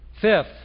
Fifth